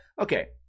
Okay